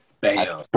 bam